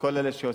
וכל אלה שעושים,